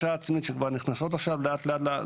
אף אחד לא חושב שאזרח צריך להמתין חודשים ארוכים לתור לדרכון.